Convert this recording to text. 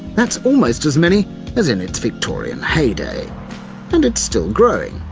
that's almost as many as in its victorian heyday and it's still growing,